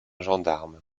gendarme